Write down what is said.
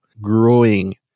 growing